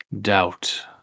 doubt